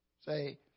Say